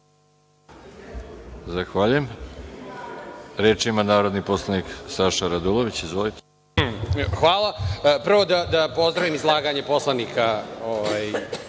Zahvaljujem. Reč ima narodni poslanik Saša Radulović. **Saša Radulović** Hvala. Prvo da pozdravim izlaganje poslanika